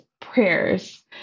prayers